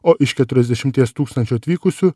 o iš keturiasdešimties tūkstančių atvykusių